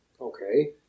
Okay